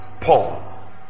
Paul